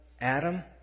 Adam